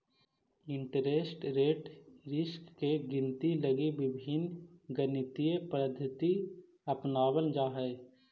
interest rate risk के गिनती लगी विभिन्न गणितीय पद्धति अपनावल जा हई